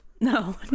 No